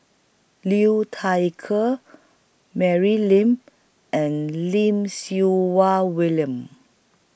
Liu Thai Ker Mary Lim and Lim Siew Wah William